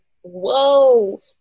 Whoa